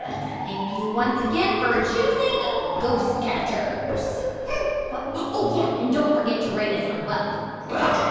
thank you once again for choosing ghost catchers oh, yeah, and don't forget to rate us on welp well,